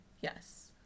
Yes